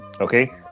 Okay